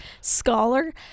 scholar